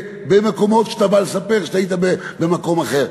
במקומות שאתה בא לספר שאתה היית במקום אחר.